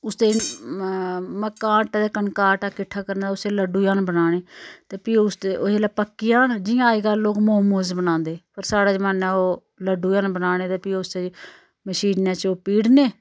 उसदे मक्कां आटा ते कनका आटा किट्ठा करना उसदे लड्डु जन बनाने ते फ्ही उसदे ओह जेल्लै पक्की जान जियां अज्जकल लोक मोंमोस बनांदे पर साढ़ै जमानै ओह् लड्डु जन बनाने ते फ्ही उस मशीनै च ओह् पीड़ने